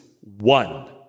one